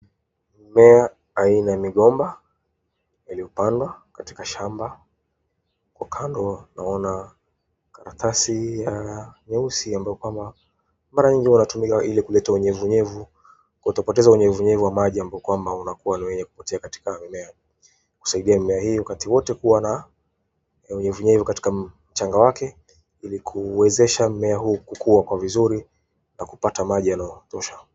Mmea aina ya mgomba imepandwa katika shamba huku kando naona karatasi nyeusi ambayo kwamba mara nyingi inatumika ili kuleta unyevu nyevu kutopoteza unyevu nyevu wa maji ambayo kwamba unapotea katika mimea husaidia mimea hii wakati wote kuwa na unyevu nyevu katika mchanga wake ili kuwezesha mmea huu kukua kwa vizuri na kupata maji nayo tosha .